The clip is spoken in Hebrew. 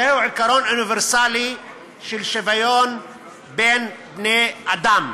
זהו עיקרון אוניברסלי של שוויון בין בני-אדם.